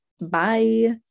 Bye